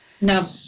No